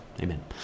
Amen